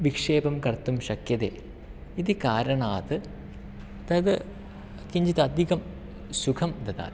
विक्षेपं कर्तुं शक्यते इति कारणात् तत् किञ्चित् अधिकं सुखं ददाति